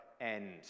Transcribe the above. end